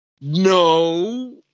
no